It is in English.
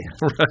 Right